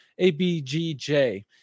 ABGJ